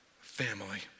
family